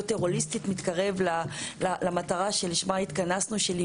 מתקרב למטרה שלשמה התכנסנו בצורה הרבה יותר הוליסטית,